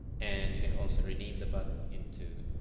and you can also rename the button into